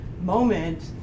moment